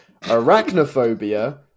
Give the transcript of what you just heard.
Arachnophobia